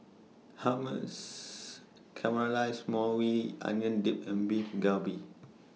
Hummus Caramelized Maui Onion Dip and Beef Galbi